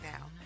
now